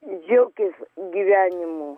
džiaukis gyvenimu